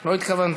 לא התכוונתי.